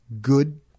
good